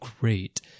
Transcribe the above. great